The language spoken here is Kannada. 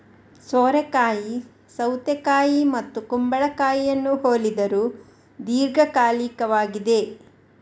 ಸೋರೆಕಾಯಿ ಸೌತೆಕಾಯಿ ಮತ್ತು ಕುಂಬಳಕಾಯಿಯನ್ನು ಹೋಲಿದರೂ ದೀರ್ಘಕಾಲಿಕವಾಗಿದೆ